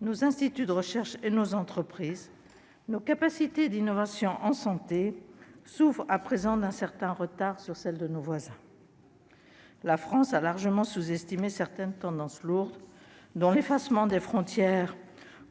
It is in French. nos instituts de recherche et nos entreprises, nos capacités d'innovation en santé souffrent à présent d'un certain retard par rapport à celles de nos voisins. La France a largement sous-estimé certaines tendances lourdes, dont l'effacement des frontières